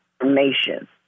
information